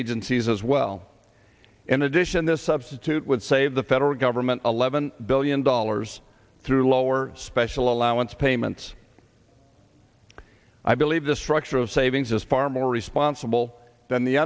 agencies as well in addition this substitute would save the federal government eleven billion dollars through lower special allowance payments i believe the structure of savings is far more responsible than the